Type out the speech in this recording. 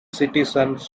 citizens